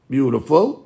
Beautiful